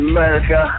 America